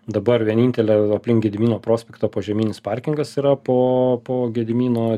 dabar vienintelė aplink gedimino prospektą požeminis parkingas yra po po gedimino